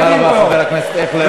תודה רבה, חבר הכנסת אייכלר.